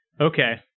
Okay